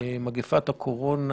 מגפת הקורונה,